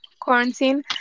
quarantine